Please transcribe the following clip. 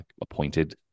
appointed